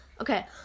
Okay